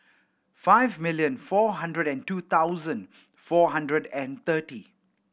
five million four hundred and two thousand four hundred and thirty